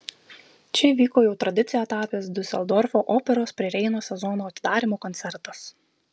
čia vyko jau tradicija tapęs diuseldorfo operos prie reino sezono atidarymo koncertas